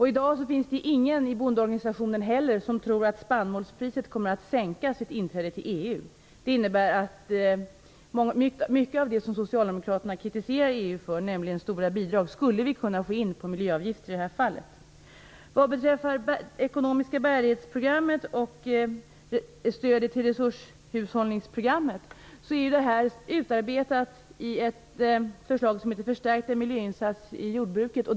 I dag finns det inte någon inom bondeorganisationen som tror att spannmålspriset kommer att sänkas vid ett inträde i EU. Det innebär att kostnaden för mycket av det som Socialdemokraterna kritiserar EU för, nämligen stora bidrag, skulle vi i detta fall kunna få in genom miljöavgifter. Vad beträffar programmet för ekonomisk bärighet och stödet till resurshushållningsprogrammet finns ett utarbetat förslag som heter Förstärkta miljöinsatser i jordbruket.